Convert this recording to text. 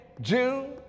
June